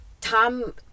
Tom